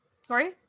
sorry